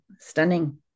Stunning